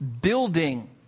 building